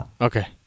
Okay